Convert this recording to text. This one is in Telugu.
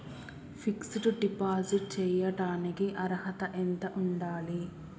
ఫిక్స్ డ్ డిపాజిట్ చేయటానికి అర్హత ఎంత ఉండాలి?